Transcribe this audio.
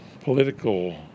political